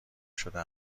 شده